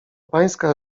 pańska